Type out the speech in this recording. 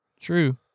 True